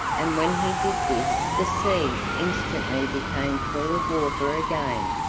and when he did this the sea instantly became full of water again,